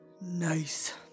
Nice